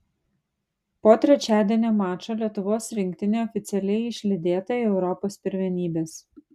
po trečiadienio mačo lietuvos rinktinė oficialiai išlydėta į europos pirmenybes